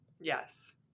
Yes